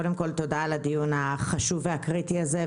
קודם כל תודה על הדיון החשוב והקריטי הזה,